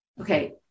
okay